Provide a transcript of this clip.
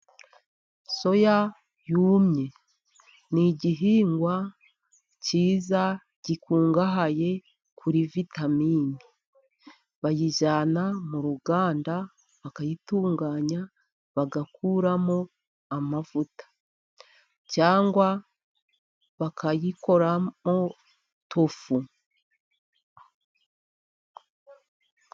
Soya yumye ni igihingwa cyiza gikungahaye kuri vitamine, bayijyana mu ruganda bakayitunganya, bagakuramo amavuta cyangwa bakayikoramo tofu.